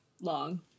long